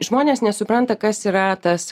žmonės nesupranta kas yra tas